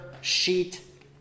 sheet